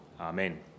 Amen